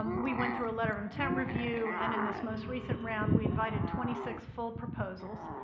um we went through a letter of intent review, and in this most recent round, we invited twenty six full proposals.